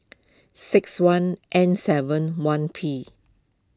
six one N seven one P